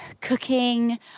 cooking